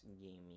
gaming